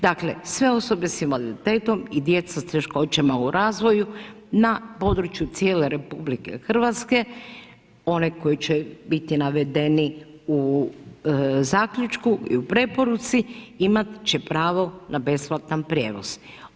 Dakle sve osobe sa invaliditetom i djeca s teškoćama u razvoju na području cijele RH, one koje će biti navedeni u zaključku i u preporuci, imat će pravo na besplatan prijevoz.